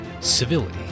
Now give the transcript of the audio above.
civility